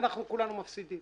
ואנחנו כולנו מפסידים.